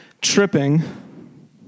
tripping